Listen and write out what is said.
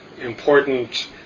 important